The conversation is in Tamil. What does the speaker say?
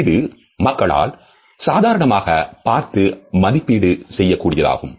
இது மக்களால் சாதாரணமாக பார்த்து மதிப்பீடு செய்ய கூடியதாகும்